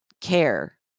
care